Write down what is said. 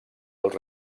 els